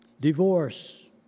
divorce